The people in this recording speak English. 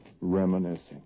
reminiscing